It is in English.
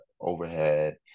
overhead